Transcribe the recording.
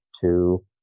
two